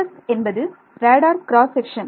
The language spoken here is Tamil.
RCS என்பது ரேடார் கிராஸ் செக்ஷன்